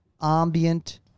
ambient